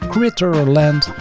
Critterland